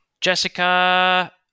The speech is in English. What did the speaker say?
Jessica